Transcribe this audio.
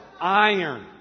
iron